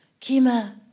Kima